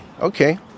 Okay